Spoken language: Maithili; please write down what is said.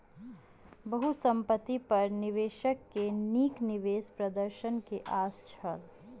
बहुसंपत्ति पर निवेशक के नीक निवेश प्रदर्शन के आस छल